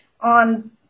on